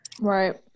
Right